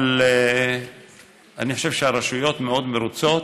אבל אני חושב שהרשויות מאוד מרוצות,